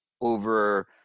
over